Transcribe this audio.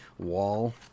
wall